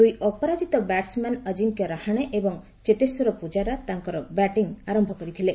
ଦୁଇ ଅପରାଜିତ ବ୍ୟାଟସମ୍ୟାନ ଅଜିଙ୍କ୍ୟ ରାହାଣେ ଏବଂ ଚେତେଶ୍ୱର ପୂଜାରା ତାଙ୍କର ବ୍ୟାଟିଂ ଆରମ୍ଭ କରିଥିଳେ